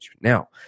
Now